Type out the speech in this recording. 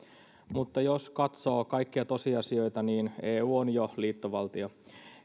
mutta jos katsoo kaikkia tosiasioita niin eu on jo liittovaltio